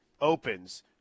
opens